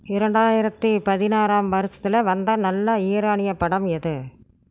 இரண்டாயிரத்தி பதினாறாம் வருஷத்துல வந்த நல்ல ஈரானிய படம் எது